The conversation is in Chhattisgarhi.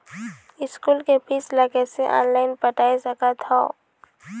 स्कूल के फीस ला कैसे ऑनलाइन पटाए सकत हव?